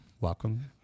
Welcome